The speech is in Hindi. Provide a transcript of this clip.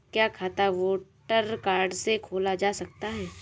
क्या खाता वोटर कार्ड से खोला जा सकता है?